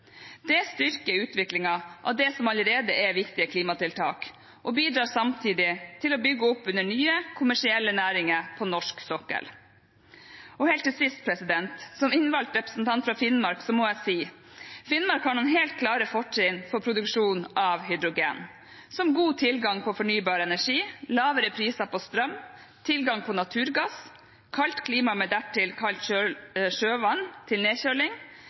Det styrker utviklingen av det som allerede er viktige klimatiltak, og bidrar samtidig til å bygge opp under nye kommersielle næringer på norsk sokkel. Helt til sist: Som innvalgt representant fra Finnmark må jeg si at Finnmark har noen helt klare fortrinn for produksjon av hydrogen, som god tilgang på fornybar energi, lavere priser på strøm, tilgang på naturgass, kaldt klima med dertil kaldt sjøvann til nedkjøling,